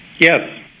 Yes